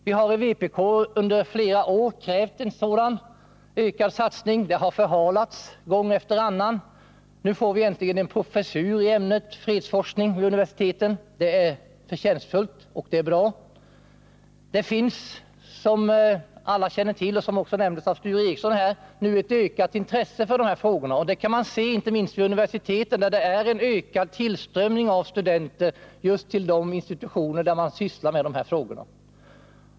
Vi har i vpk under flera år krävt en sådan ökad satsning. Det har gång efter annan förhalats. Nu får vi äntligen en professur i ämnet fredsforskning. Det är förtjänstfullt och bra. Det finns, som alla känner till och som också nämndes av Sture Ericson, ett ökat intresse för dessa frågor. Det kan man se inte minst vid universiteten, där det är en ökad tillströmning av studenter just till de institutioner där man sysslar med dessa frågor.